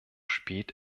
spät